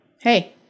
Hey